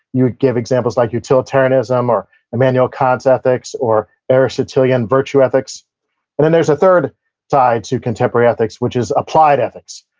you gave examples like utilitarianism or immanuel kant's ethics or aristotelian virtue ethics and then there's a third side to contemporary ethics, which is applied ethics,